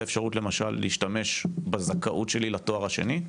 האפשרות למשל להשתמש בזכאות שלי לתואר השני?